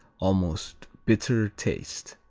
almost bitter taste.